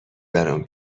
برام